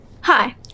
Hi